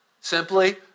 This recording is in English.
Simply